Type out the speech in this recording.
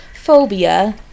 phobia